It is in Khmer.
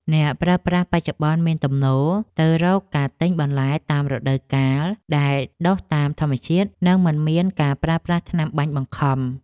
អ្នកប្រើប្រាស់បច្ចុប្បន្នមានទំនោរទៅរកការទិញបន្លែតាមរដូវកាលដែលដុះតាមធម្មជាតិ និងមិនមានការប្រើប្រាស់ថ្នាំបាញ់បង្ខំ។